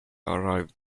arrive